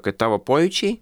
kai tavo pojūčiai